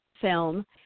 film